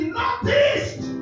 noticed